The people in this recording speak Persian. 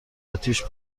اتیش